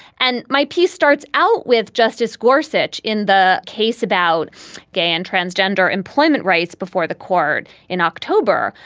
and my piece starts out with justice gorsuch in the case about gay and transgender employment rights before the court in october,